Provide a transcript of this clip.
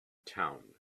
town